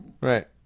Right